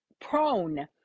prone